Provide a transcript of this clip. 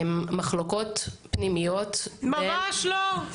אני חושבת שמחלוקות פנימיות --- ממש לא.